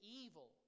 evil